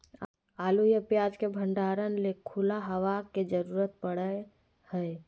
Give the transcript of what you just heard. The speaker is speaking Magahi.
आलू या प्याज के भंडारण ले खुला हवा के जरूरत पड़य हय